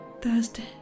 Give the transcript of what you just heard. Thursday